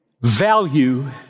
value